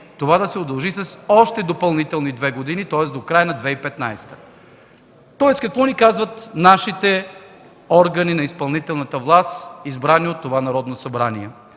това да се удължи с още 2 допълнителни години – тоест до края на 2015 г. Какво ни казват органите на изпълнителната власт, избрани от това Народно събрание?